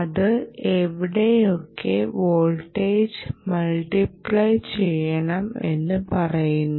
അത് എവിടെയൊക്കെ voltage multiply ചെയ്യണം എന്നു പറയുന്നു